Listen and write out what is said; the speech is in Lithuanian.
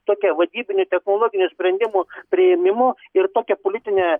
tokia vadybinių technologinių sprendimų priėmimo ir tokia politinė